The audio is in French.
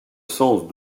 sens